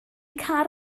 car